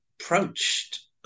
approached